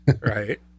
Right